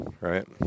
right